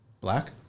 Black